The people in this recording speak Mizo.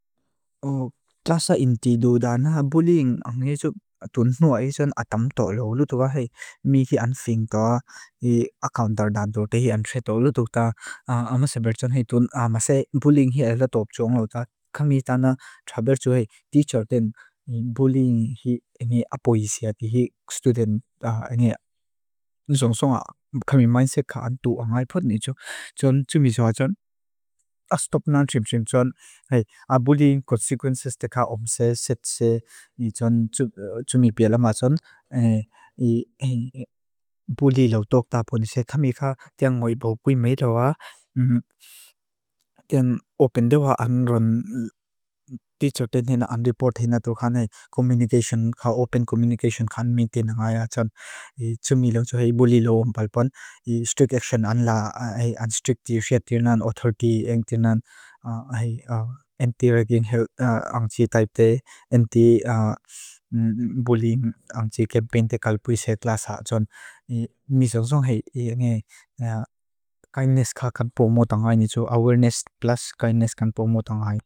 Tlasa inti du dan haa bullying angesup tunua isan atam to lo. Lutuwa hei mi hi an finko haa. I akauntar dan do te hi an treto. Lutuwa ta amase bertsan hei tun amase bullying hi alatob joan lo. Ta kami tana traber jo hei teacher den bullying hi enge apo isi ati hi student enge. Nusongsong haa kami mindset ka antu angaipot ni jo. Joan tumi soa joan astop nan trim trim joan hei a bullying consequences dekha omse setse. Ni joan tumi pia lama joan. I bullying lau tokta ponise tamika tiang ngoibo kui meidawa. Tiang open dewa an ran teacher den dena an report dena tu kane communication ka open communication kan mi dena ngaya joan. I tumi lang jo hei bullying lau ompal pon. I strict action an laa. An strict ishia tiang nan autarky. Tiang nan anti-ragging help anji type de. Anti- bullying anji campaign dekal puise tlaa saa. Mi nusongsong hei e nge kindness ka kanpo modong hai ni jo. Awareness plus kindness kanpo modong hai.